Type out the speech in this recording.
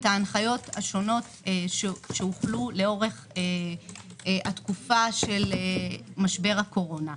ההנחיות השונות שהוחלו לאורך התקופה של משבר הקורונה.